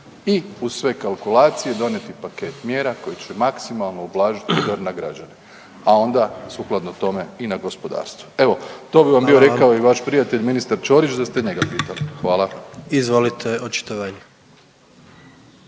i uz sve kalkulacije donijeti paket mjera koji će maksimalno ublažiti udar na građane, a onda sukladno tome i na gospodarstvo. Evo to bi vam bio rekao i vaš prijatelj ministar Ćorić da ste njega pitali. Hvala. **Jandroković,